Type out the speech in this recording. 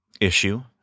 issue